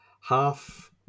half